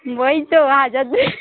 ওই তো হাজার দুই